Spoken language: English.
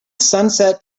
sunset